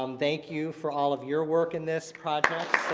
um thank you for all of your work in this project.